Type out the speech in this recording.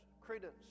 credence